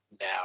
now